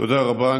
תודה רבה.